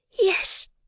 Yes